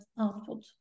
output